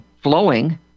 flowing